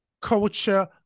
culture